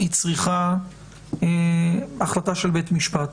היא צריכה החלטה של בית משפט.